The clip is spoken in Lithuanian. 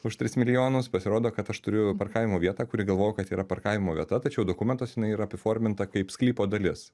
už tris milijonus pasirodo kad aš turiu parkavimo vietą kuri galvojau kad tai yra parkavimo vieta tačiau dokumentas jinai yra apiforminta kaip sklypo dalis